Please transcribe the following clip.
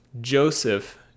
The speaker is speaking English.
joseph